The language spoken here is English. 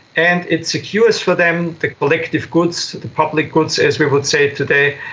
and it securely is for them the collective goods, the public goods as we would say today,